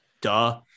duh